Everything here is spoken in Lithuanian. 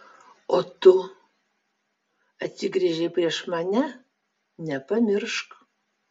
o tu atsigręžei prieš mane nepamiršk